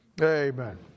Amen